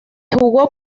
jugó